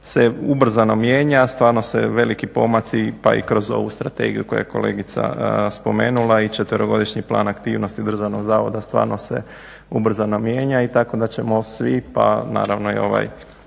se ubrzano mijenja, stvarno se veliki pomaci pa i kroz ovu strategiju koju je kolegica spomenula i četverogodišnji plan aktivnosti Državnog zavoda stvarno se ubrzano mijenja i tako da ćemo svi pa naravno i ovaj